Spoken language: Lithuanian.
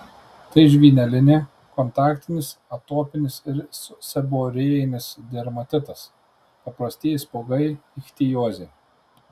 tai žvynelinė kontaktinis atopinis ir seborėjinis dermatitas paprastieji spuogai ichtiozė